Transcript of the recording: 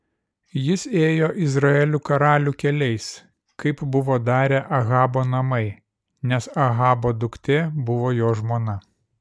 jis ėjo izraelio karalių keliais kaip buvo darę ahabo namai nes ahabo duktė buvo jo žmona